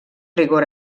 rigor